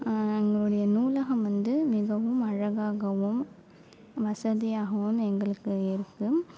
எங்களுடைய நூலகம் வந்து மிகவும் அழகாகவும் வசதியாகவும் எங்களுக்கு இருக்குது